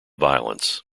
violence